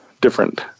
different